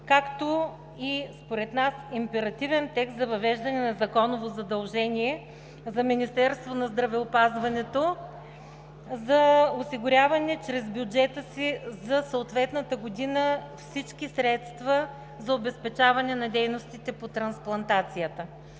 както и – според нас, императивен текст за въвеждане на законово задължение за Министерството на здравеопазването да осигурява чрез бюджета си за съответната година всички средства за обезпечаване на дейностите по трансплантацията.